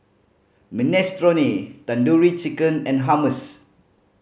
Minestrone Tandoori Chicken and Hummus